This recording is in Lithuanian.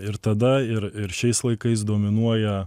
ir tada ir ir šiais laikais dominuoja